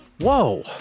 whoa